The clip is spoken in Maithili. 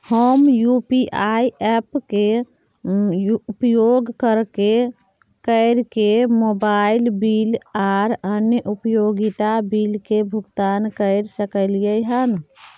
हम यू.पी.आई ऐप्स के उपयोग कैरके मोबाइल बिल आर अन्य उपयोगिता बिल के भुगतान कैर सकलिये हन